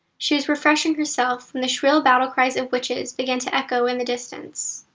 she was refreshing herself when the shrill battle cries of witches began to echo in the distance.